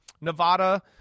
Nevada